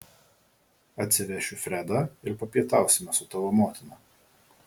atsivešiu fredą ir papietausime su tavo motina